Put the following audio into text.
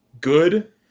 good